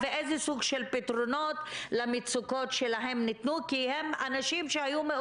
הן לא היו מאושפזות ככה סתם הן היו מאושפזות כי הן היו צריכות להיות